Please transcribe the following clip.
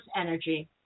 energy